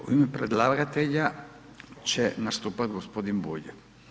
U ime predlagatelja će nastupati gospodin Bulj.